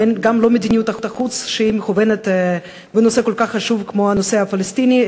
ואין גם מדיניות חוץ שמכוונת לנושא כל כך חשוב כמו הנושא הפלסטיני.